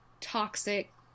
toxic